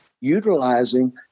utilizing